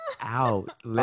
out